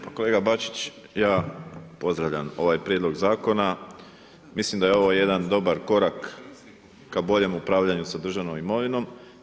Pa kolega Bačić, ja pozdravljam ovaj prijedloga zakona, mislim da je ovo jedan dobar korak ka boljem upravljanju sa državnom imovinom.